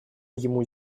ему